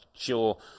Sure